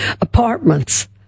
apartments